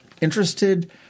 interested